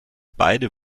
beide